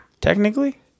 technically